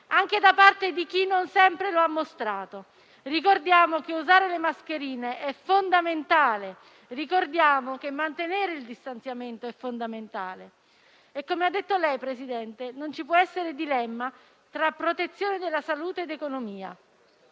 anche da parte di chi non sempre lo ha mostrato. Ricordiamo che usare le mascherine è fondamentale; ricordiamo che mantenere il distanziamento è fondamentale. Come ha detto lei, signor Presidente, non ci può essere dilemma tra protezione della salute ed economia.